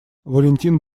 валентин